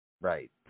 right